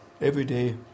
everyday